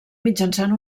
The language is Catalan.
mitjançant